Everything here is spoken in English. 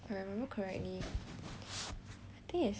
think is wait ah I forget already forget the amount